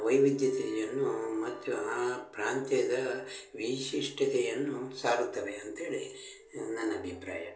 ವೈವಿಧ್ಯತೆಯನ್ನು ಮತ್ತು ಆ ಪ್ರಾಂತ್ಯದ ವೈಶಿಷ್ಟ್ಯತೆಯನ್ನು ಸಾರುತ್ತವೆ ಅಂತೇಳಿ ನನ್ನ ಅಭಿಪ್ರಾಯ